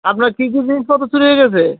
আপনার কী কী জিনিসপত্র চুরি হয়ে গিয়েছে